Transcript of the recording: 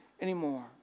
Anymore